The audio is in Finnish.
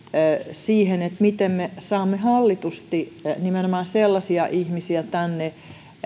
siihen miten me saamme hallitusti nimenomaan sellaisia ihmisiä tänne